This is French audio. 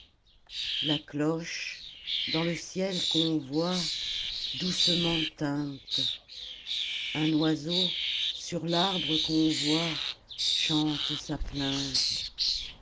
la cloche dans le ciel qu'on voit doucement tinte un oiseau sur l'arbre qu'on voit chante sa plainte